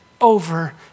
over